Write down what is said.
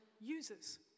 users